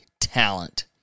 talent